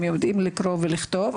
הם יודעים לקרוא ולכתוב,